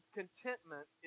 contentment